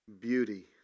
beauty